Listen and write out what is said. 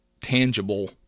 tangible